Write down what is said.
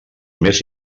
més